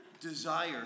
desire